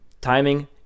Timing